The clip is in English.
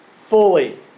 fully